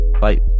Bye